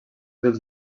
dels